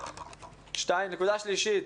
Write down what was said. נקודה שלישית